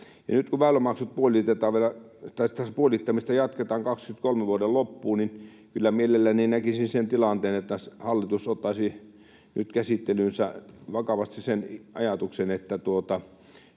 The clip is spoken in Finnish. tai sitä puolittamista jatketaan vuoden 23 loppuun, kyllä mielelläni näkisin sen tilanteen, että hallitus ottaisi nyt käsittelyynsä vakavasti sen ajatuksen, että